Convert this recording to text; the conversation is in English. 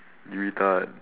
you retard